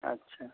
ଆଚ୍ଛା